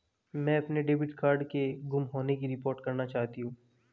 मैं अपने debit card के गुम होने की रिपोर्ट करना चाहती हूँ